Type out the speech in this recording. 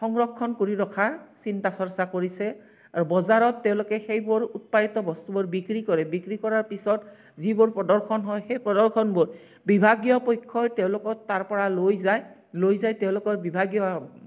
সংৰক্ষণ কৰি ৰখাৰ চিন্তা চৰ্চা কৰিছে আৰু বজাৰত তেওঁলোকে সেইবোৰ উৎপাদিত বস্তুবোৰ বিক্ৰী কৰে বিক্ৰী কৰাৰ পিছত যিবোৰ প্ৰদৰ্শন হয় সেই প্ৰদৰ্শনবোৰ বিভাগীয় পক্ষই তেওঁলোকৰ তাৰ পৰা লৈ যায় লৈ যায় তেওঁলোকৰ বিভাগীয়